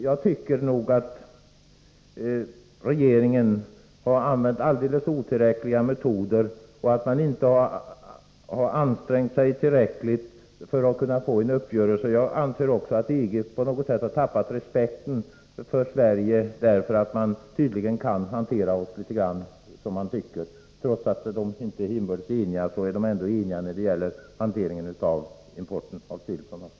Jag tycker att regeringen har använt alldeles otillräckliga metoder och att den inte har ansträngt sig mycket nog för att få till stånd en uppgörelse. Jag anser också att EG på något sätt har tappat respekten för Sverige, eftersom man tydligen kan hantera oss litet grand som man själv vill. Trots att länderna inte är eniga inbördes i allt, så är de åtminstone eniga när det gäller hanteringen av importen av sill från oss.